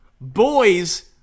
Boys